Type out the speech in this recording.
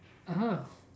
(uh huh)